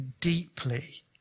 deeply